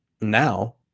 now